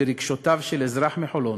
ברגשותיו של אזרח מחולון